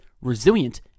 resilient